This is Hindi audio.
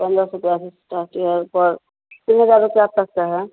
पंद्रह सौ रुपया से इस्टार्टिंग है पर तीन हज़ार रुपया तक के है